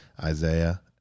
isaiah